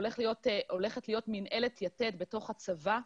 הולכת להיות מינהלת יתד בתוך הצבא,